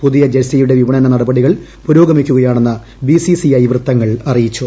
പുതിയ ജെഴ്സിയുടെ വിപണന നടപടികൾ പുരോഗമിക്കുകയാണെന്ന് ബി സി സി ഐ വൃത്തങ്ങൾ അറിയിച്ചു